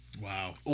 Wow